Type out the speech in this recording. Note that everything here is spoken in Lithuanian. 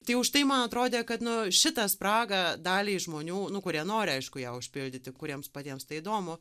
tai užtai man atrodė kad nu šitą spragą daliai žmonių nu kurie nori aišku ją užpildyti kuriems patiems tai įdomu